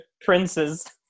princes